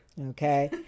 Okay